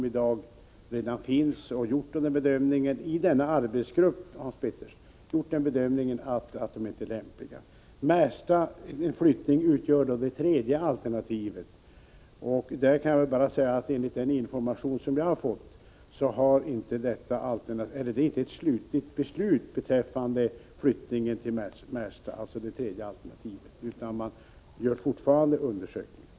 Arbetsgruppen inom ASB har sett på vissa lokaler och gjort bedömningen att de inte är lämpliga. En flyttning till Märsta utgör ett tredje alternativ. Enligt den information jag har fått är det inte fråga om något definitivt beslut om flyttning till Märsta, utan man håller fortfarande på med undersökningar.